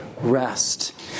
Rest